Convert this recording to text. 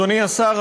אדוני השר,